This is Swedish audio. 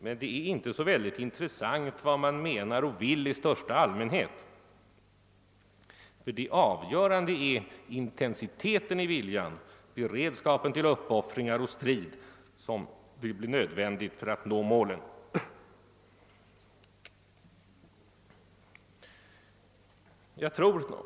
Vad man menar och vill i största allmänhet är emellertid inte särskilt intressant, ty det avgörande är intensiteten i viljan och beredskapen till uppoffringar och strid som blir nödvändiga för att nå målet.